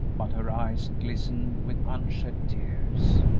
but her eyes glistened with unshed tears.